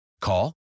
Call